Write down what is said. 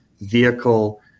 vehicle